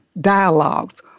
dialogues